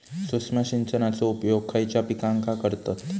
सूक्ष्म सिंचनाचो उपयोग खयच्या पिकांका करतत?